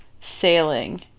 Sailing